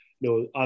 No